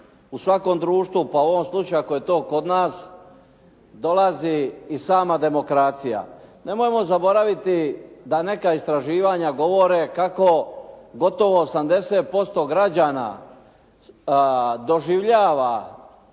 u svakom društvu, pa u ovom slučaju ako je to kod nas, dolazi i sama demokracija. Nemojmo zaboraviti da neka istraživanja govore kako gotovo 80% građana doživljava